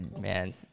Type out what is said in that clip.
Man